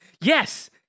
Yes